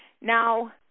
Now